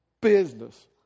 Business